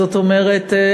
זאת אומרת,